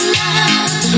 love